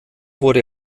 wurde